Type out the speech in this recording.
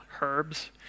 herbs